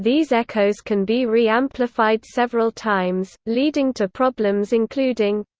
these echoes can be re-amplified several times, leading to problems including